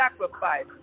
sacrifice